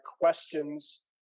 questions